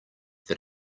that